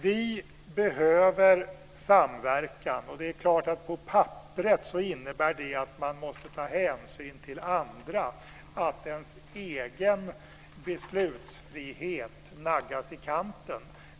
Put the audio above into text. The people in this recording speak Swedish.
Vi behöver samverkan. Det är klart att det på papperet innebär att man måste ta hänsyn till andra och att ens egen beslutsfrihet naggas i kanten.